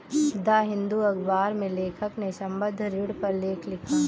the Hindu अखबार में लेखक ने संबंद्ध ऋण पर लेख लिखा